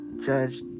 Judge